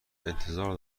انتظار